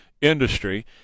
industry